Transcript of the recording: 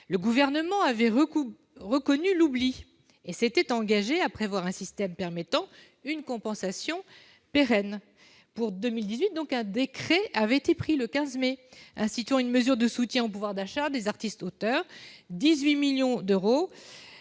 le Gouvernement avait reconnu cet oubli et s'était engagé à prévoir un système permettant une compensation pérenne. Pour 2018, un décret a été pris le 15 mai dernier instituant une mesure de soutien au pouvoir d'achat des artistes auteurs ; 18 millions d'euros